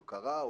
או קרה,